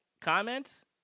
comments